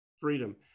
Freedom